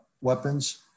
weapons